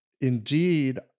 indeed